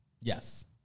Yes